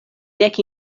dek